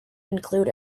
include